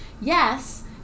yes